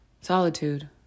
solitude